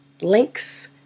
links